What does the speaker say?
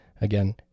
Again